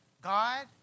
God